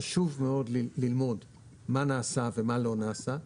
כי חשוב מאוד ללמוד מה נעשה ומה לא נעשה,